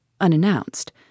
unannounced